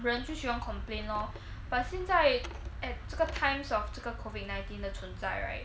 人最喜欢 complain lor but 现在 at 这个 times of 这个 covid nineteen 的存在 right